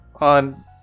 on